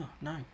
no